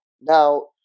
now